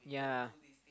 yeah